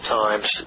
times